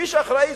מי שאחראי,